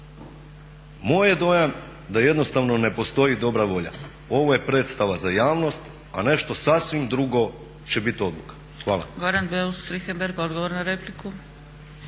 Moj je dojam da jednostavno ne postoji dobra volja, ovo je predstava za javnost, a nešto sasvim drugo će biti odluka. Hvala.